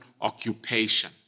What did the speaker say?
occupation